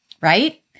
Right